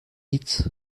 eat